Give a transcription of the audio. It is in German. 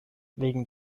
wegen